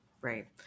Right